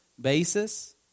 basis